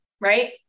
right